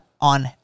on